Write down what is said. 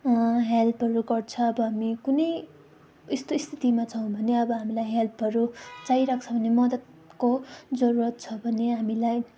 हेल्पहरू गर्छ अब हामी कुनै यस्तो स्थितिमा छौँ भने अब हामीलाई हेल्पहरू चाहिरहेको छ भने मद्दतको जरुरत छ भने हामीलाई